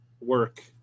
work